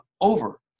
over